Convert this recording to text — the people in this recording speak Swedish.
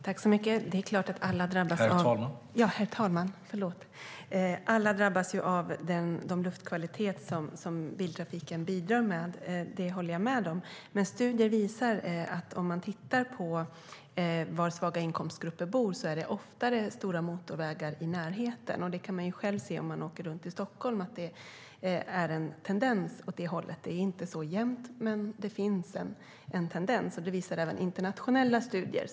Herr talman! Det är klart att alla drabbas av den luftkvalitet som biltrafiken bidrar med; det håller jag med om. Men studier visar att det oftare är stora motorvägar i närheten av områden där svaga inkomstgrupper bor. Om man åker runt i Stockholm kan man själv se att det finns en tendens åt det hållet. Det är inte så jämt, men det finns en tendens. Det visar även internationella studier.